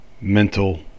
mental